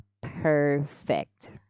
perfect